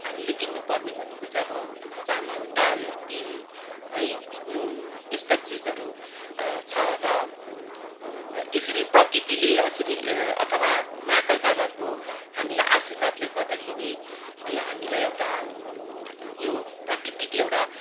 हामीले किन्नु पर्ने भनेको चाहिँ अब चामल दाल तेल है नुन यस्ता चिजहरू छ र यसरी प्रकृतिले यसरी अथवा महाकाल बाबाको हामीलाई आशीर्वादले गर्दाखेरि है हामीलाई एउटा यो प्राकृतिक एउटा